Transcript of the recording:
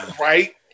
Right